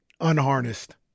unharnessed